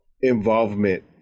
involvement